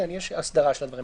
יש הסדרה של הדברים